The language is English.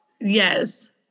yes